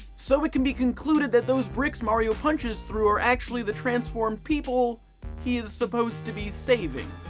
so it can be concluded that those bricks mario punches through are actually the transformed people he is supposed to be saving.